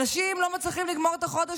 אנשים לא מצליחים לגמור את החודש,